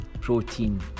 protein